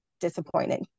disappointed